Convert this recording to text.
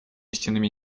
истинными